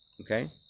okay